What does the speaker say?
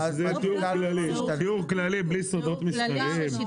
שזה יהיה תיאור כללי בלי סודות מסחריים.